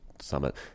Summit